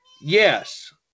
yes